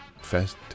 Fest